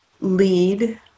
lead